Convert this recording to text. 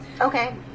Okay